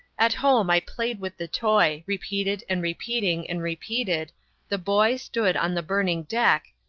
at home i played with the toy, repeating and repeating and repeating the boy stood on the burning deck,